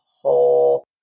whole